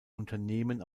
unternehmen